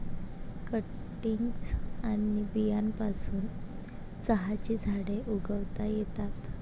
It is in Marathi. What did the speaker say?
कटिंग्ज आणि बियांपासून चहाची झाडे उगवता येतात